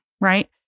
Right